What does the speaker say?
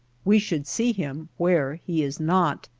we should see him where he is not.